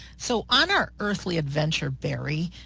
so, on our earthly adventure, barry,